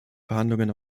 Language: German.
verhandlungen